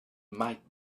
might